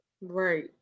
Right